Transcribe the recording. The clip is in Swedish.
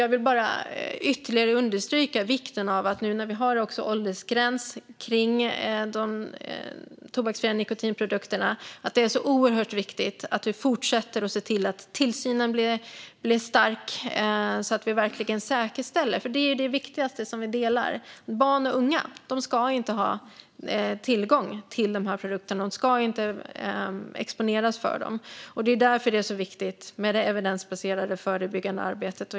Jag vill bara ytterligare understryka hur oerhört viktigt det är, nu när vi har åldersgräns för de tobaksfria nikotinprodukterna, att vi fortsätter se till att tillsynen blir stark så att vi verkligen säkerställer - det är ju det viktigaste, som vi delar - att barn och unga inte har tillgång till dessa produkter och inte heller exponeras för dem. Det är därför det är så viktigt med det evidensbaserade förebyggande arbetet.